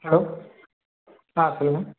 hello ஆ சொல்லுங்கள்